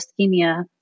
ischemia